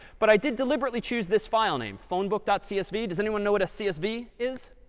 but i did deliberately choose this file name, phone book dot csv. does anyone know what a csv is?